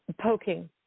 poking